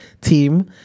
team